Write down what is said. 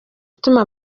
ituma